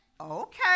okay